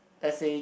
let say